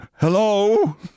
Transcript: Hello